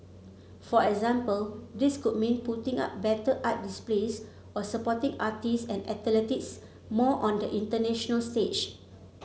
for example this could mean putting up better art displays or supporting artists and athletes more on the international stage